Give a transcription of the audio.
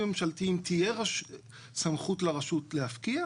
ממשלתיים תהיה סמכות לרשות להפקיע,